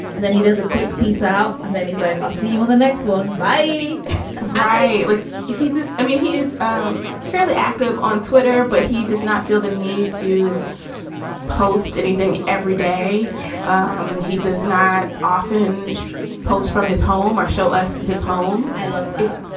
and then he does a quick piece out and then he's like, i'll see you on the next one by right? like he does. i mean, he is um fairly active on twitter, but he does not feel the need to post anything every day um he does not often post from his home or show us his home. i love it.